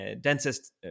densest